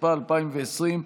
התשפ"א 2020,